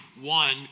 one